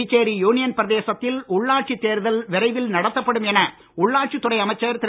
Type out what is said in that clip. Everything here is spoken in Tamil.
புதுச்சேரி யூனியன் பிரதேசத்தில் உள்ளாட்சித் தேர்தல் விரைவில் நடத்தப்படும் என உள்ளாட்சித் துறை அமைச்சர் திரு